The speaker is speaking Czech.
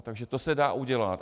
Takže to se dá udělat.